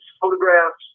photographs